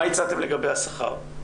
מה הצעתם לנושא השכר?